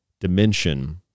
dimension